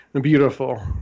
Beautiful